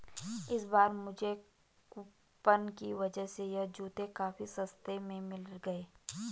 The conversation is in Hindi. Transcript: इस बार मुझे कूपन की वजह से यह जूते काफी सस्ते में मिल गए